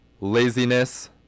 laziness